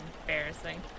embarrassing